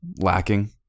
lacking